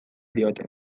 diote